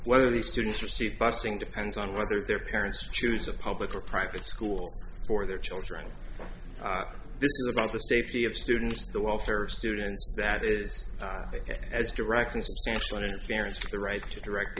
one of the students received busing depends on whether their parents choose a public or private school for their children this is about the safety of students the welfare of students that is taken as directions guarantees the right to direct